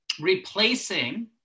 replacing